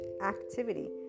activity